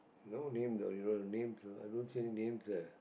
no name though they don't have names i don't see names there